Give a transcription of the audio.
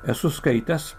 esu skaitęs